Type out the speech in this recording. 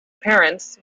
parents